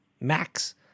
Max